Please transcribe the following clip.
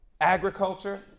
agriculture